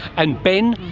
and ben,